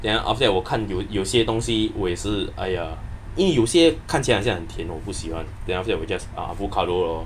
then after that 我看着有些东西我也是 !aiya! 因为有些看起来好像很甜哦不喜欢 then after that 我 just avocado lor